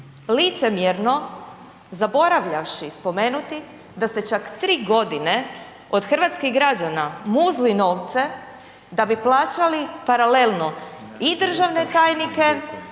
Licemjerno zaboravljavši spomenuti da ste čak 3 godine od hrvatskih građana muzli novce da bi plaćali paralelno i državne tajnike